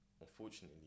unfortunately